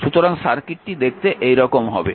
সুতরাং সার্কিটটি দেখতে এইরকম হবে